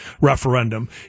referendum